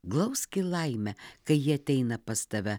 glauski laimę kai ji ateina pas tave